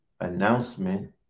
announcement